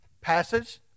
passage